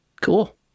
Cool